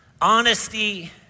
honesty